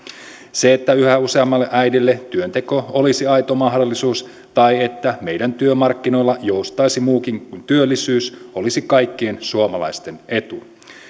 se että yhä useammalle äidille työnteko olisi aito mahdollisuus tai että meidän työmarkkinoilla joustaisi muukin kuin työllisyys olisi kaikkien suomalaisten etu